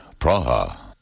Praha